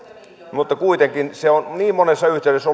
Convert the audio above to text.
mutta kuitenkin se on niin monessa yhteydessä